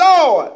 Lord